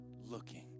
looking